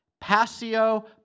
passio